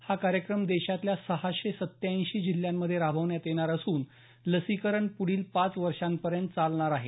हा कार्यक्रम देशातल्या सहाशे सत्त्याऐंशी जिल्ह्यांमध्ये राबवण्यात येणार असून हे लसीकरण पुढील पाच वर्षांपर्यंत चालणार आहे